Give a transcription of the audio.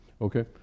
okay